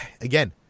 again